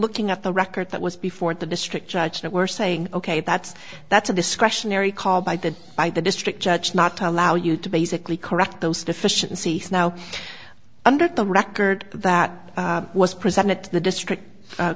looking at the record that was before the district judge and we're saying ok that's that's a discretionary call by the by the district judge not to allow you to basically correct those deficiencies now under the record that was presented to the district